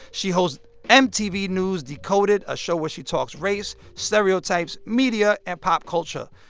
she hosts mtv news' decoded, a show where she talks race, stereotypes, media and pop culture.